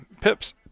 pips